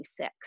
26